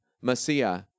Messiah